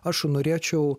aš norėčiau